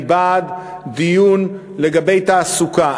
אני בעד דיון לגבי תעסוקה.